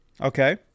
okay